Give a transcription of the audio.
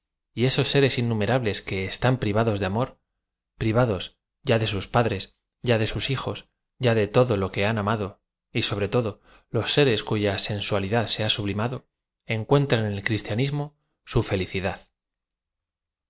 y esob seres innumerabiea que eéidn privados de amor privados y a de sus padres y a de sus hijos y a de todo lo que haa amado y sobre todo loa seres cuya sen sualidad se ha sublimado encuentran en el cristianis mo bu ielicidad